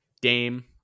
Dame